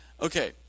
Okay